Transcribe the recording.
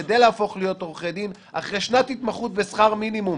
כדי להפוך להיות עורכי דין אחרי שנת התמחות בשכר מינימום